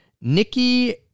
Nikki